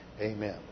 Amen